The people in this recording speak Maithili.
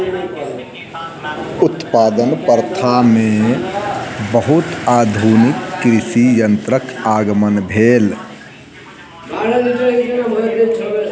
उत्पादन प्रथा में बहुत आधुनिक कृषि यंत्रक आगमन भेल